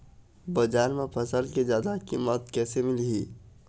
बजार म फसल के जादा कीमत कैसे मिलही?